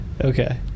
Okay